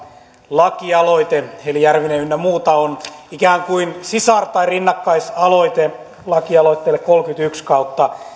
lakialoite eli järvinen ynnä muut on ikään kuin sisar tai rinnakkaisaloite lakialoitteelle kolmekymmentäyksi kautta